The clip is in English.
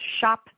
Shop